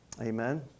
Amen